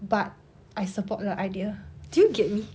but I support the idea do you get me